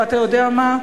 אתה יודע מה?